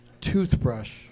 toothbrush